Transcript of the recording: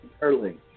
Early